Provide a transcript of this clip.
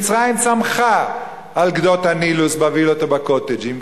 מצרים צמחה על גדות הנילוס בווילות ובקוטג'ים.